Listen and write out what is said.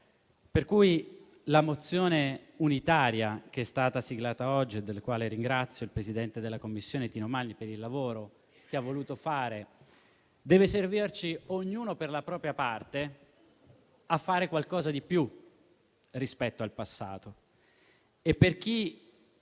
motivo la mozione unitaria che è stata siglata oggi, per la quale ringrazio il presidente della Commissione di inchiesta Tino Magni per il lavoro che ha voluto fare, deve servirci, ognuno per la propria parte, a fare qualcosa di più rispetto al passato.